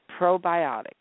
probiotics